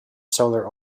solar